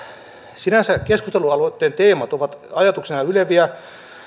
sinänsä keskustelualoitteen teemat ovat ajatuksina yleviä